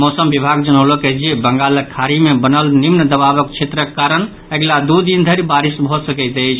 मौसम विभाग जनौलक अछि जे बंगालक खाड़ी मे बनल निम्न दबावक क्षेत्रक कारण अगिला दू दिन धरि बारिश भऽ सकैत अछि